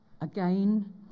Again